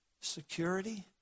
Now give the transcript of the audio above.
security